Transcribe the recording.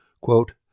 Quote